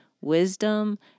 wisdom